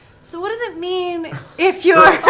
so what does it mean if you're